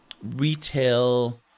retail